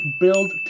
build